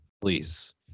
please